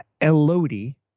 elodie